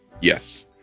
Yes